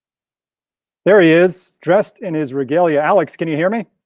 there he is dressed in his regalia, alex, can you hear me?